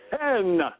Ten